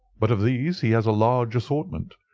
but of these he has a large assortment,